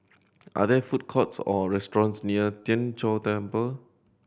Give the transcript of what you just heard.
are there food courts or restaurants near Tien Chor Temple